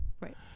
right